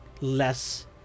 less